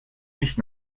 nicht